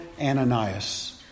Ananias